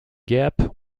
gap